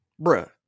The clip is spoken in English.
bruh